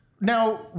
now